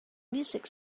music